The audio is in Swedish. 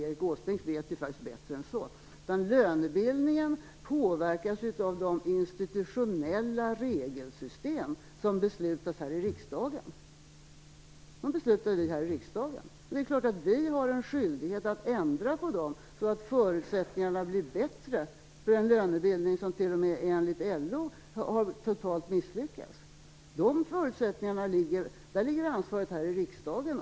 Erik Åsbrink vet faktiskt bättre än så. Lönebildningen påverkas av de institutionella regelsystem som beslutas här i riksdagen. Det är klart att vi har en skyldighet att ändra på dessa så att förutsättningarna för lönebildningen blir bättre, vilken t.o.m. enligt LO totalt har misslyckats. Ansvaret för att skapa dessa förutsättningar ligger här i riksdagen.